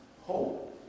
Hope